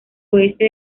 oeste